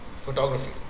photography